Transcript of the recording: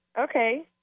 Okay